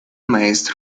maestro